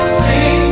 sing